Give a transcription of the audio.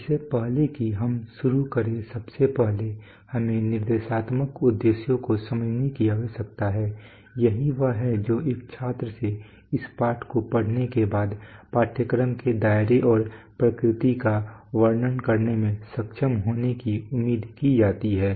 इससे पहले कि हम शुरू करें सबसे पहले हमें निर्देशात्मक उद्देश्यों को समझने की आवश्यकता है यही वह है जो एक छात्र से इस पाठ को पढ़ने के बाद पाठ्यक्रम के दायरे और प्रकृति का वर्णन करने में सक्षम होने की उम्मीद की जाती है